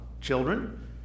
children